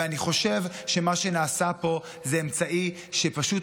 ואני חושב שמה שנעשה פה זה אמצעי שפשוט